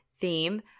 theme